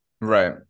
Right